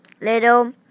Little